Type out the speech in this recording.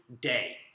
day